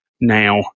now